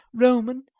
roman,